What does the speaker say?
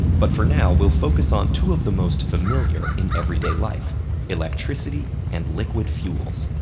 but for now, we'll focus on two of the most familiar in everyday life electricity and liquid fuels.